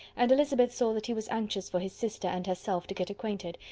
and elizabeth saw that he was anxious for his sister and herself to get acquainted,